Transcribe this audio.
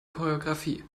choreografie